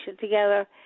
together